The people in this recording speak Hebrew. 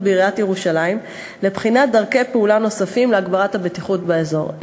בעיריית ירושלים לבחינת דרכי פעולה נוספות להגברת הבטיחות באזור.